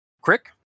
Crick